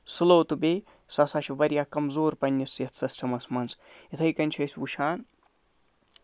سٔلو تہِ بیٚیہِ سُہ سا چھُ واریاہ کَمزور پَنٕنِس یَتھ سِسٹَمَس منٛز یِتھٕے کٔنۍ چھِ أسۍ وُچھ ان